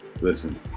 listen